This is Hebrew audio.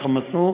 איך הם עשו,